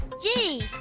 g.